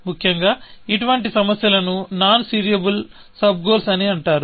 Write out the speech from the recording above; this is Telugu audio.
ముఖ్యంగా ఇటువంటి సమస్యలను నాన్ సీరియబుల్ సబ్ గోల్స్ అని అంటారు